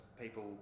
people